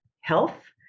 health